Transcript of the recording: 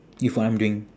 with what I'm doing